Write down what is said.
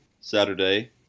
Saturday